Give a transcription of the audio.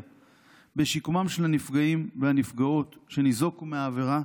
בשיקומם של הנפגעים והנפגעות שניזוקו מהעבירה,